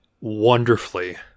wonderfully